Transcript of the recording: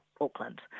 Auckland